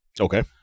Okay